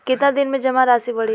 कितना दिन में जमा राशि बढ़ी?